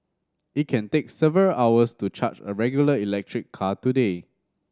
it can take several hours to charge a regular electric car today